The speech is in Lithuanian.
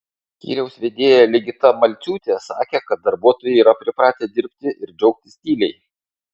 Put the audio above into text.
skyriaus vedėja ligita malciūtė sakė kad darbuotojai yra pripratę dirbti ir džiaugtis tyliai